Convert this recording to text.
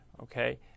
okay